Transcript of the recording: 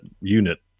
unit